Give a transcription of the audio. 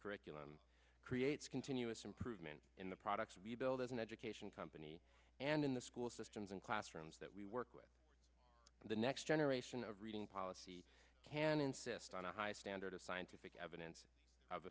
curriculum creates continuous improvement in the products we build as an education company and in the school systems and classrooms that we work with the next generation of reading policy can insist on a high standard of scientific evidence of